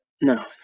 No